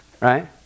Right